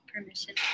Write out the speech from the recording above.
permission